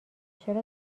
چرا